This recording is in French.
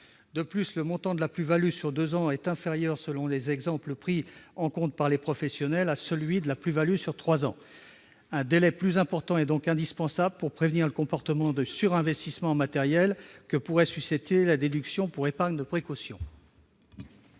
De plus, le montant de la plus-value sur deux ans est inférieur, selon les exemples pris en compte par les professionnels, à celui de la plus-value sur trois ans. Un délai plus important est donc indispensable pour prévenir des comportements de surinvestissement en matériel que pourrait susciter la déduction pour épargne de précaution.